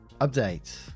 Update